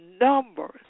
numbers